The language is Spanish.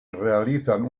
realizan